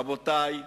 רבותי,